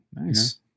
Nice